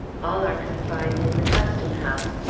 all are confined in the custom-house.